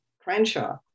Crenshaw